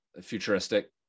futuristic